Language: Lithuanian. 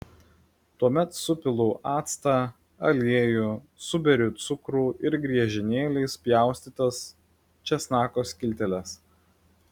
tuomet supilu actą aliejų suberiu cukrų ir griežinėliais pjaustytas česnako skilteles